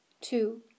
two